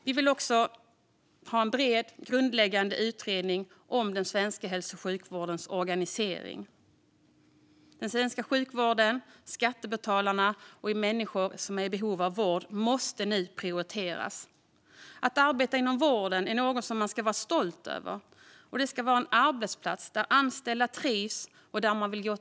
Vi vill också ha en bred grundläggande utredning om den svenska hälso och sjukvårdens organisering. Den svenska sjukvården, skattebetalarna och människor som är i behov av vård måste nu prioriteras. Att arbeta inom vården är något man ska vara stolt över, och det ska vara en arbetsplats där anställda trivs och vill gå till jobbet.